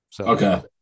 Okay